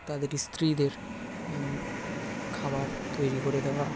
তাদের স্ত্রীদের খাবার তৈরি করে দেওয়া